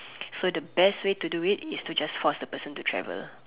so the best way to do it is to just force the person to travel